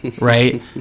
Right